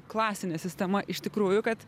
klasinė sistema iš tikrųjų kad